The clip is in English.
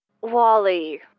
Wally